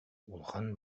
улахан